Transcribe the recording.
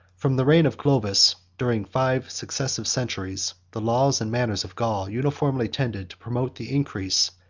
from the reign of clovis, during five successive centuries, the laws and manners of gaul uniformly tended to promote the increase,